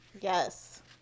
Yes